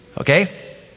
Okay